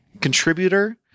contributor